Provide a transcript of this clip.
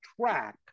track